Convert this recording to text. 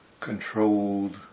controlled